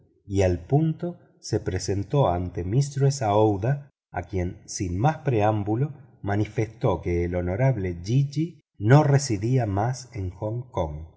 y al punto se presentó ante mistress aouida a quien sin más le manifestó que el honorable jejeeh no residía ya en hong kong